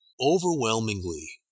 overwhelmingly